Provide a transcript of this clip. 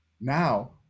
now